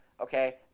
Okay